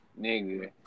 Nigga